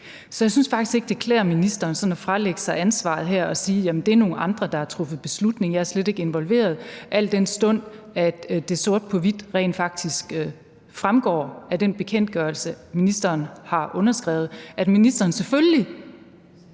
Så jeg synes faktisk ikke, det klæder ministeren sådan at fralægge sig ansvaret her og sige: Jamen det er nogle andre, der har truffet beslutning, jeg er slet ikke involveret – al den stund at det sort på hvidt rent faktisk fremgår af den bekendtgørelse, ministeren har underskrevet, at ministeren selvfølgelig